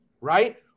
right